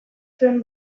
zuen